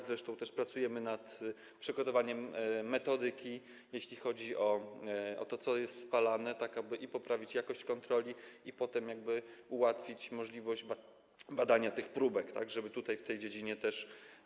Zresztą też pracujemy nad przygotowaniem metodyki, jeśli chodzi o to, co jest spalane, tak aby i poprawić jakość kontroli, i potem ułatwić możliwość badania tych próbek, żeby tutaj w tej dziedzinie też.